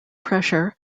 pressure